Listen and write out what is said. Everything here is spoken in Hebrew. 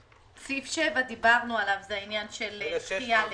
סעיף 7 דיברנו עליו, זה העניין של דחייה ליוני.